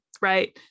right